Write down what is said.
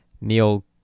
Neil